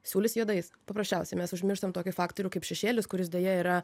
siūlys juodais paprasčiausiai mes užmirštam tokį faktorių kaip šešėlis kuris deja yra